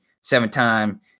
seven-time